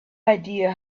idea